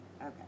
Okay